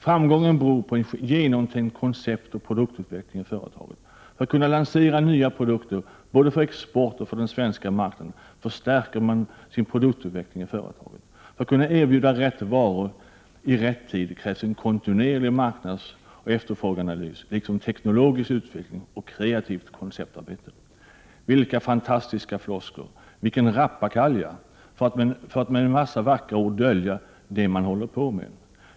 Framgången beror på en genomtänkt konceptoch produktutveckling i företaget. ”För att kunna lansera nya produkter både för export och för den svenska marknaden förstärker vi nu produktutvecklingen i företaget. För att kunna erbjuda rätt varor i rätt tid krävs en kontinuerlig marknadsoch efterfrågeanalys, liksom teknologisk utveckling och kreativt konceptarbete.”” Vilka fantastiska floskler! Vilken rappakalja för att med en massa vackra ord dölja det man håller på med!